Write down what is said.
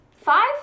five